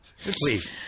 Please